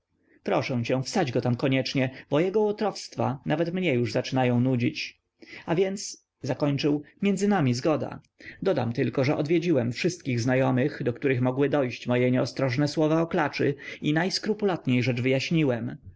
proszę cię wsadź go tam koniecznie bo jego łotrowstwa nawet mnie już zaczynają nudzić a więc zakończył między nami zgoda dodam tylko że odwiedziłem wszystkich znajomych do których mogły dojść moje nieostrożne słowa o klaczy i najskrupulatniej rzecz wyjaśniłem